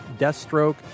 Deathstroke